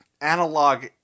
analog